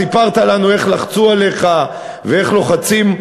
סיפרת לנו איך לחצו עליך ואיך לוחצים,